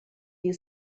you